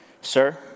sir